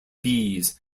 bees